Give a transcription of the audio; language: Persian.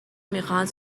میخواهند